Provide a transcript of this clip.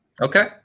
Okay